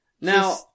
Now